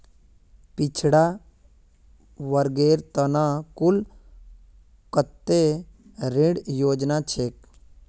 पिछड़ा वर्गेर त न कुल कत्ते ऋण योजना छेक